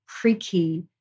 creaky